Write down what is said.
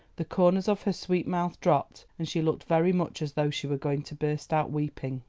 the corners of her sweet mouth dropped, and she looked very much as though she were going to burst out weeping.